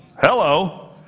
Hello